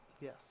Yes